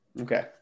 Okay